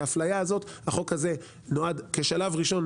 את האפליה הזאת החוק הזה נועד לצמצם בשלב הראשון,